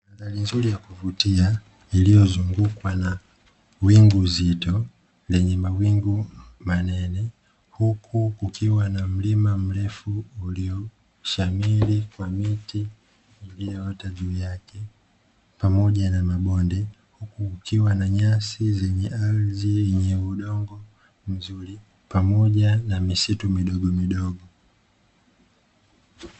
Mandhari nzuri ya kuvutia iliyozungukwa na wingu zito, lenye mawingu manene. Huku kukiwa na mlima mrefu ulioshamiri kwa miti iliyoota juu yake, pamoja na mabonde. Huku kukiwa na nyasi zenye ardhi yenye udongo nzuri, pamoja na misitu midogomidogo.